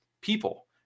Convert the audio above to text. people